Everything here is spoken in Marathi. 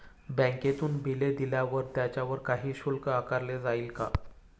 बँकेतून बिले दिल्यावर त्याच्यावर काही शुल्क आकारले जाईल का?